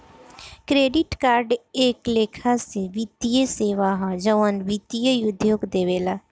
credit card एक लेखा से वित्तीय सेवा ह जवन वित्तीय उद्योग देवेला